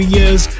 years